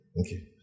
Okay